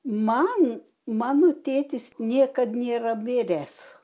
man mano tėtis niekad nėra miręs